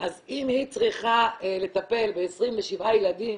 אז אם היא צריכה לטפל ב-27 ילדים,